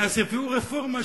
כי אז יביאו רפורמה,